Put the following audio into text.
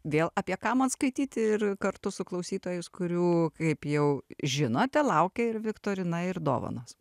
vėl apie ką man skaityti ir kartu su klausytojus kurių kaip jau žinote laukia ir viktorina ir dovanos